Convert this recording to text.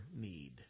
need